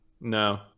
No